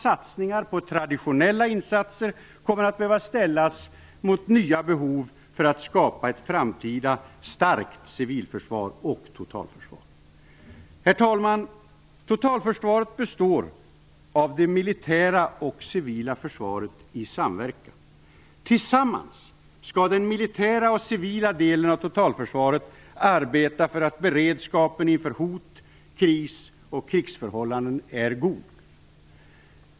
Satsningar på traditionella insatser kommer att behöva ställas mot nya behov för att skapa ett framtida starkt civilförsvar och totalförsvar. Herr talman! Totalförsvaret består av det militära och det civila försvaret i samverkan. Tillsammans skall den militära och civila delen av totalförsvaret arbeta för att beredskapen inför hot, kris och krigsförhållanden är god.